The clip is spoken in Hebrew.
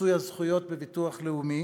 כבר כיום את מיצוי הזכויות בביטוח לאומי,